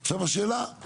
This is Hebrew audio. עכשיו, השאלה היא